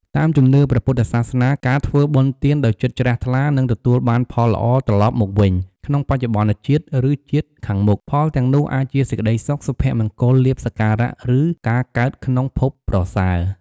តាមជំនឿព្រះពុទ្ធសាសនា ការធ្វើបុណ្យទានដោយចិត្តជ្រះថ្លា នឹងទទួលបានផលល្អត្រឡប់មកវិញក្នុងបច្ចុប្បន្នជាតិ ឬជាតិខាងមុខ។ ផលទាំងនោះអាចជាសេចក្ដីសុខ សុភមង្គល លាភសក្ការៈ ឬការកើតក្នុងភពប្រសើរ។